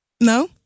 No